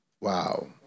Wow